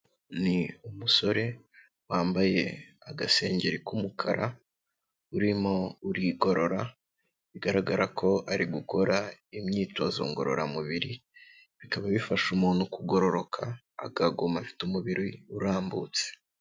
Ni umusore wambaye agasengeri k'umukara urimo urigorora, bigaragara ko ari gukora imyitozo ngororamubiri bikaba bifasha umuntu kugororoka akaguma afite umubiri urambutse.